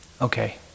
Okay